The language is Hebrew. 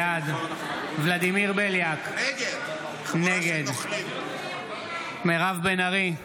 בעד ולדימיר בליאק, נגד מירב בן ארי,